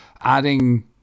adding